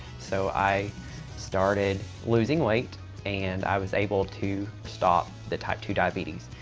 so i started losing weight and i was able to stop the type two diabetes.